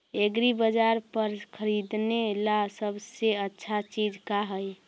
एग्रीबाजार पर खरीदने ला सबसे अच्छा चीज का हई?